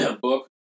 book